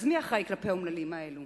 אז מי אחראי כלפי האומללים האלו?